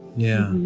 yeah.